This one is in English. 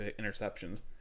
interceptions